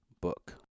book